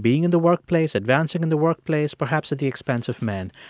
being in the workplace, advancing in the workplace, perhaps, at the expense of men.